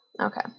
Okay